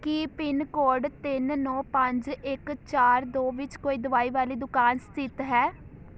ਕੀ pin code ਤਿੰਨ ਨੌ ਪੰਜ ਇੱਕ ਚਾਰ ਦੋ ਵਿੱਚ ਕੋਈ ਦਵਾਈ ਵਾਲੀ ਦੁਕਾਨ ਸਥਿਤ ਹੈ